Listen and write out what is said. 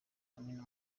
amina